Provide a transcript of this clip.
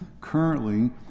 currently